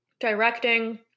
directing